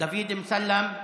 דוד אמסלם,